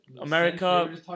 America